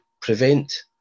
prevent